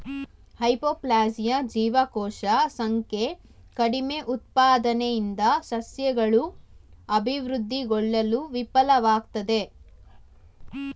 hypoplasia ಜೀವಕೋಶ ಸಂಖ್ಯೆ ಕಡಿಮೆಉತ್ಪಾದನೆಯಿಂದ ಸಸ್ಯಗಳು ಅಭಿವೃದ್ಧಿಗೊಳ್ಳಲು ವಿಫಲ್ವಾಗ್ತದೆ